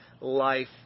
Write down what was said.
life